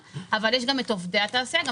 יש גם את עובדי התעשייה.